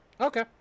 Okay